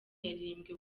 yaririmbwe